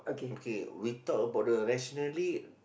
okay we talk about the rationally